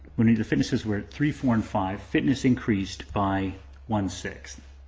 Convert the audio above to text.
we need to finish this where at three, four, and five, fitness increased by one-sixth.